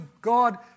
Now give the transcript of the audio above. God